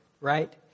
right